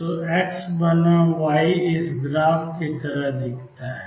तो एक्स बनाम वाई इस ग्राफ की तरह दिखता है